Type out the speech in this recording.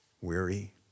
Weary